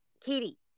Katie